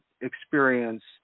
experienced